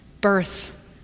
birth